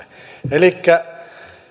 elikkä